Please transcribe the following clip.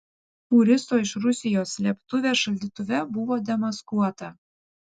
fūristo iš rusijos slėptuvė šaldytuve buvo demaskuota